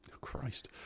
Christ